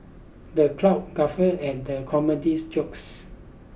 the crowd guffawed at the comedy's jokes